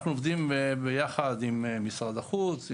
אנחנו עובדים ביחד עם משרד החוץ,